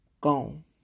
Gone